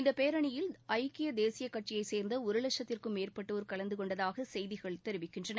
இந்தப் பேரணியில் ஐக்கிய தேசிய கட்சியைச் சேர்ந்த ஒரு வட்சத்திற்கும் மேற்பட்டோர் கலந்து கொண்டதாக செய்திகள் தெரிவிக்கின்றன